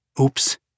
Oops